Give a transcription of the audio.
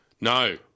No